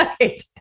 Right